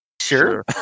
Sure